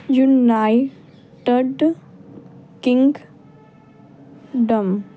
United Kingdom